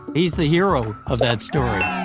he's the hero of that story